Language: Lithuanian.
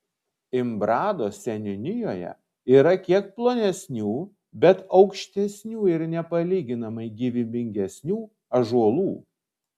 imbrado seniūnijoje yra kiek plonesnių bet aukštesnių ir nepalyginamai gyvybingesnių ąžuolų